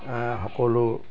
সকলো